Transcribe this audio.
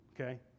okay